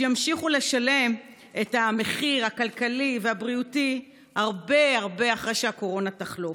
שימשיכו לשלם את המחיר הכלכלי והבריאותי הרבה הרבה אחרי שהקורונה תחלוף.